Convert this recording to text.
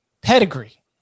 pedigree